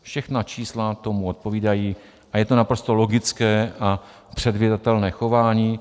Všechna čísla tomu odpovídají a je to naprosto logické a předvídatelné chování.